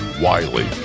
Wiley